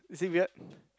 is it weird